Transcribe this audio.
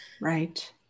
Right